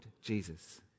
Jesus